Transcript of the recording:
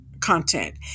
content